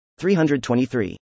323